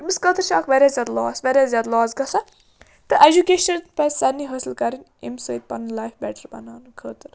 أمِس خٲطرٕ چھُ اَکھ واریاہ زیادٕ لاس واریاہ زیادٕ لاس گژھان تہٕ اَجُکیشَن پَزِ سارنی حٲصِل کَرٕنۍ ییٚمہِ سۭتۍ پَنٕنۍ لایف بٮ۪ٹَر بَناونہٕ خٲطرٕ